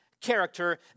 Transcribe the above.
character